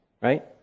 right